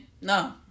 no